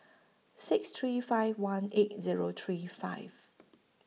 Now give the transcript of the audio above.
six three five one eight Zero three five